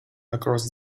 across